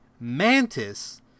Mantis